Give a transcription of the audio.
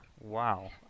Wow